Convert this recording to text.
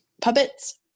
puppets